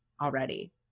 already